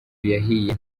yahiye